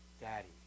Daddy